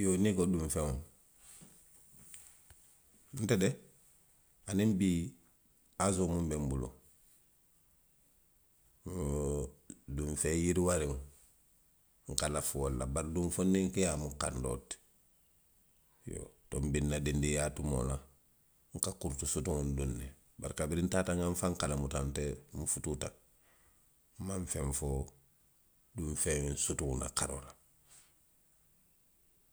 Iyoo, niŋ i ko duŋ feŋo, nte de, hani bii, aadoo miŋ be nbulu, wo loŋ ňiŋ feŋ yiriwaariŋolu. Nka lafi wolu le. Bari duŋ feŋ nakiyaa, wo mu kandoo le ti. Biriŋ nna dindiyaa tumoo la. nka kuriti sutuŋolu duŋ, bari kabiriŋ taata nwa nfaŋ kalamuta. nte. nfutuuta. nmaŋ feŋ fo ňiŋ feŋ sutuŋolu la karoo la.